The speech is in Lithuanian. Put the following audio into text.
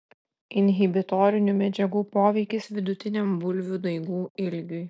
inhibitorinių medžiagų poveikis vidutiniam bulvių daigų ilgiui